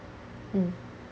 hmm